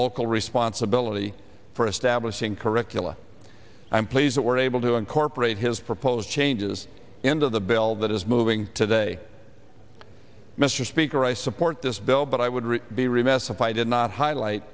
local responsibility for establishing curricula i'm pleased that we're able to incorporate his proposed changes into the bill that is moving today mr speaker i support this bill but i would be remiss if i did not highlight